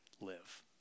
live